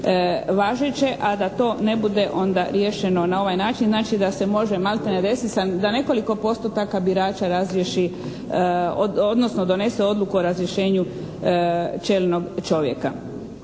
važeće a da to ne bude onda riješeno na ovaj način, znači da se može maltene desiti da nekoliko postotaka birača razriješi odnosno donese odluku o razrješenju čelnog čovjeka.